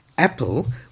Apple